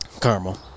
Caramel